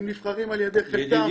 הם נבחרים על ידי שחקנים,